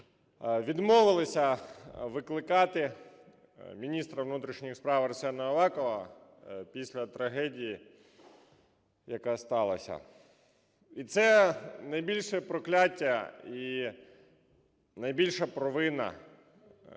відмовилися викликати міністра внутрішніх справ Арсена Авакова після трагедії, яка сталася. І це найбільше прокляття і найбільша провина